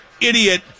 idiot